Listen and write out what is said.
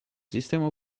sistema